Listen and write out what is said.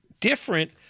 different